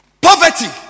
poverty